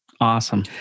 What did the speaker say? Awesome